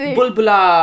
Bulbula